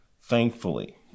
thankfully